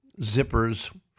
zippers